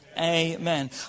Amen